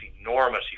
enormous